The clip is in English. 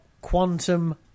Quantum